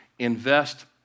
Invest